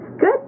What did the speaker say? Good